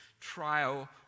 Trial